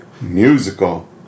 musical